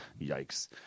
Yikes